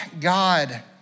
God